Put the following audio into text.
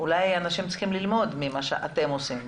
אולי אנשים צריכים ללמוד ממה שאתם עושים?